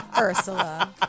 Ursula